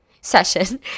session